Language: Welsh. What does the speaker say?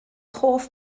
hoff